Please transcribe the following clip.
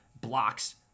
blocks